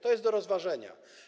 To jest do rozważenia.